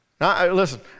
Listen